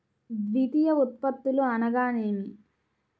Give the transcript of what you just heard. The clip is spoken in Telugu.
ద్వితీయ ఉత్పత్తులు అనగా నేమి?